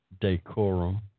decorum